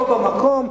בו במקום.